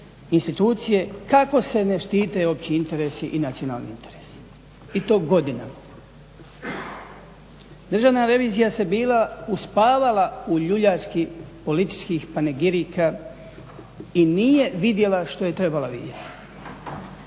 institucije kako se ne štite opći interesi i nacionalni interesi i to godinama. Državna revizija se bila uspavala u ljuljački političkih panegirika i nije vidjela što je trebala vidjeti.